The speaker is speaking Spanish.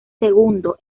segundo